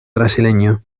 brasileño